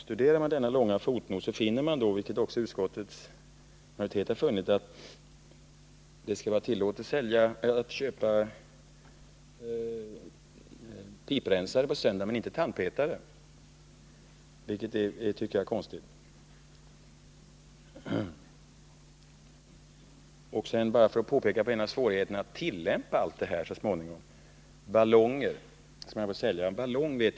Studerar man denna långa fotnot finner man — vilket också utskottets majoritet har funnit — att det skall vara tillåtet att köpa piprensare på en söndag men inte tandpetare, vilket jag tycker är konstigt. Och sedan — bara för att peka på en av svårigheterna att tillämpa allt det här så småningom -— går det bra att sälja ballonger.